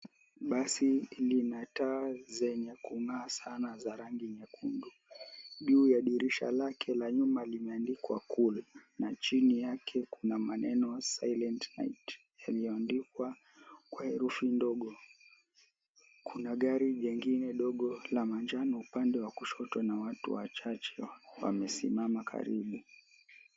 Basi lina taa zenye kung'aa sana za rangi nyekundu, juu ya dirisha lake la nyuma limeandikwa cool na chini yake kuna maneno silent night yalioandikwa kwa herufi ndogo, kuna gari jengine dogo la manjano upande wa kushoto na watu wachache wamesimama karibu.